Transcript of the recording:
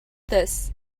this